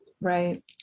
Right